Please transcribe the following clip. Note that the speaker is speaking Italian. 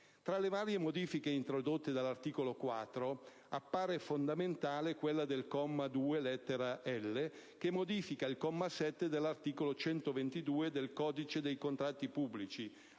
Tra le varie modifiche introdotte dall'articolo 4, appare fondamentale quella del comma 2, lettera *l)* che modifica il comma 7 dell'articolo 122 del codice dei contratti pubblici